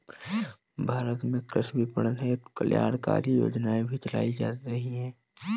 भारत में कृषि विपणन हेतु कल्याणकारी योजनाएं भी चलाई जा रही हैं